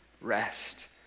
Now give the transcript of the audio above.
rest